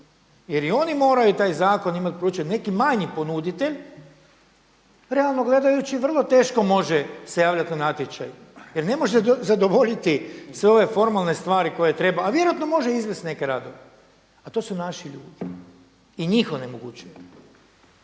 Jer i oni moraju taj zakon imati poručen, neki manji ponuditelj, realno gledajući vrlo teško može se javljati na natječaj jer ne može zadovoljiti sve ove formalne stvari koje treba a vjerojatno može izvesti neke radove a to su naši ljudi i njih onemogućujemo.